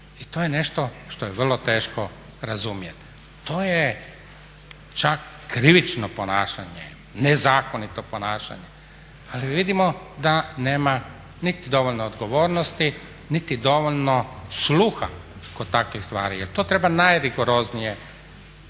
i to je nešto što je vrlo teško razumjeti. To je čak krivično ponašanje, nezakonito ponašanje ali vidimo da nema niti dovoljno odgovornosti niti dovoljno sluha kod takvih stvari jer to treba najrigoroznije kažnjavati,